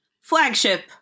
flagship